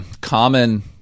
common